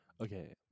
okay